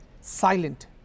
silent